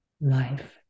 life